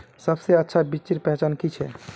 सबसे अच्छा बिच्ची पहचान की छे?